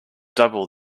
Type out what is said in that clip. double